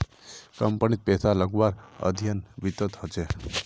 कम्पनीत पैसा लगव्वार अध्ययन वित्तत ह छेक